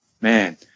man